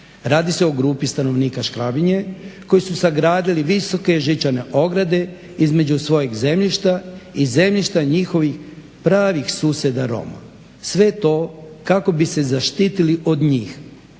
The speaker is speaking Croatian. Radi se o grupi stanovnika Škabrnje koji su sagradili visoke žičane ograde između svojih zemljišta i zemljišta njihovih pravih susjeda Roma. Sve to kako bi se zaštitili od njih